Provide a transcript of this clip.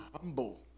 humble